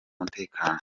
umutekano